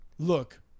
Look